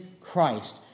christ